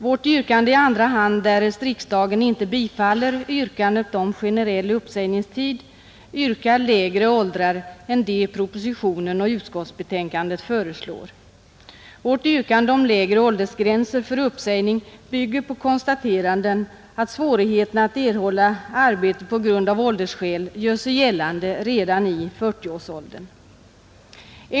Vårt yrkande i andra hand — därest riksdagen inte bifaller yrkandet om generell uppsägningstid — avser lägre åldrar än de propositionen och utskottsbetänkandet föreslår. Vårt yrkande om lägre åldersgränser för uppsägning bygger på konstateranden att svårigheterna att erhålla arbete på grund av ålder gör sig gällande redan i 40-årsåldern.